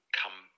come